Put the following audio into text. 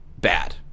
bad